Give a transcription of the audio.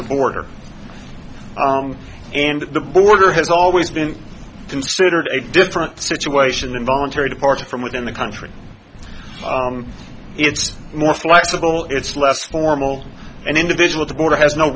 the border and the border has always been considered a different situation involuntary departure from within the country it's more flexible it's less formal and individual border has no